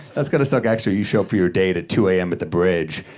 that's gotta suck extra. you show up for your date at two a m. but the bridge,